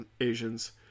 Asians